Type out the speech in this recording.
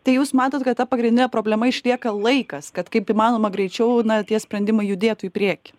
tai jūs matot kad ta pagrindinė problema išlieka laikas kad kaip įmanoma greičiau na tie sprendimai judėtų į priekį